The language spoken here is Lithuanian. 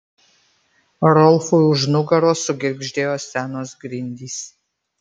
rolfui už nugaros sugirgždėjo senos grindys